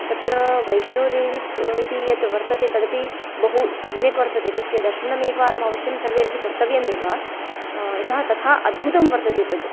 तत्र वैष्णोदेवी इति यद्वर्तते तदपि बहु सम्यक् वर्तते तस्य दर्शनमेकवारम् अवश्यं सर्वैरपि कर्तव्यमेव यतः तथा अद्भुतं वर्तते तत्